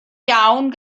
iawn